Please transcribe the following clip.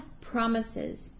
promises